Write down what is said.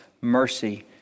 mercy